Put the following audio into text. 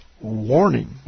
warning